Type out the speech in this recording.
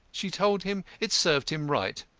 she told him it served him right,